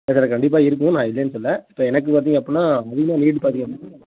sir அது கண்டிப்பாக இருக்கும் நான் இல்லேன்னு சொல்லல இப்போ எனக்கு பார்த்தீங்க அப்படின்னா என்ன நீடு பார்த்தீங்க அப்படின்னா